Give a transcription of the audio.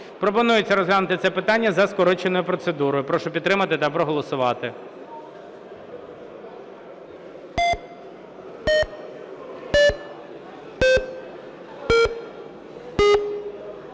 Пропонується розглянути це питання за скороченою процедурою. Прошу підтримати та проголосувати.